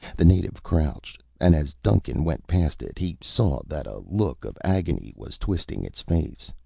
the native crouched and as duncan went past it, he saw that a look of agony was twisting its face.